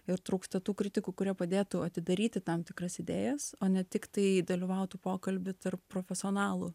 ir trūksta tų kritikų kurie padėtų atidaryti tam tikras idėjas o ne tiktai dalyvautų pokalbyje tarp profesionalų